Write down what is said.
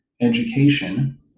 education